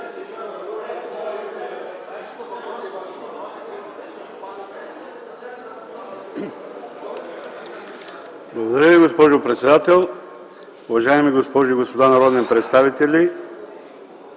Благодаря Ви, госпожо председател. Уважаеми госпожи и господа народни представители,